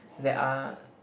there are